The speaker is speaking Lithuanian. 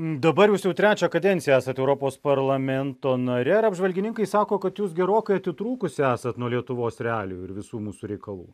dabar jūs jau trečią kadenciją esat europos parlamento nare ir apžvalgininkai sako kad jūs gerokai atitrūkusi esat nuo lietuvos realijų ir visų mūsų reikalų